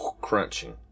crunching